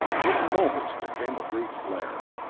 in moments there came a brief flare,